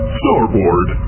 starboard